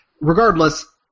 regardless